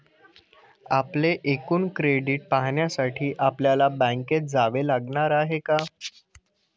आपले एकूण क्रेडिट पाहण्यासाठी आपल्याला बँकेत जावे लागणार आहे का?